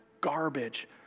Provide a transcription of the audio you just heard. garbage